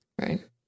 Right